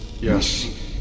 Yes